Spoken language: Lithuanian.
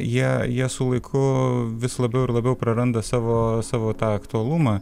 jie jie su laiku vis labiau ir labiau praranda savo savo tą aktualumą